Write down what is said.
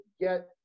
get